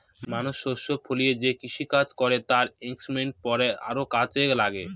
মানুষ শস্য ফলিয়ে যে কৃষিকাজ করে তার ইকনমিক্স পড়া আরও কাজে লাগে